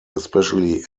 especially